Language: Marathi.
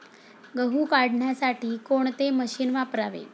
गहू काढण्यासाठी कोणते मशीन वापरावे?